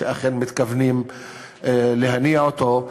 שהם אכן מתכוונים להניע אותו.